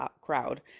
crowd